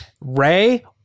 Ray